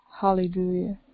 Hallelujah